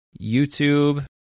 YouTube